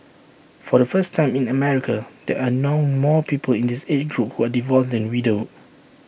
for the first time in America there are now more people in this age group who are divorced than widowed